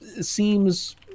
seems